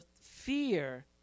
fear